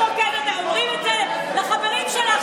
את אומרת את זה לחברים שלך,